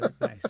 nice